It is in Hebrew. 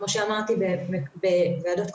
כמו שאמרתי בוועדות קודמות,